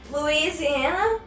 Louisiana